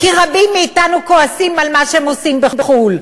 כי רבים מאתנו כועסים על מה שהם עושים בחו"ל.